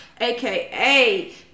aka